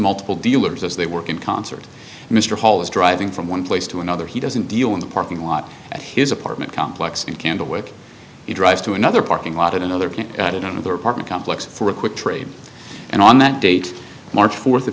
multiple dealers as they work in concert mr hall is driving from one place to another he doesn't deal in the parking lot at his apartment complex and candlewick he drives to another parking lot in another part of their apartment complex for a quick trade and on that date march fourth